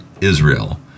Israel